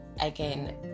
Again